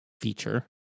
feature